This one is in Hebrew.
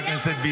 חבל שעלית.